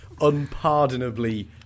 unpardonably